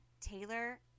Taylor